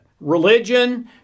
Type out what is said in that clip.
religion